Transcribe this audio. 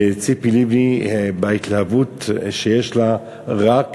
וציפי לבני, בהתלהבות שיש לה רק